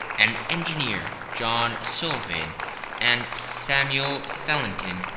an engineer john sullivan and samuel fallentin,